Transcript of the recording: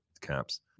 caps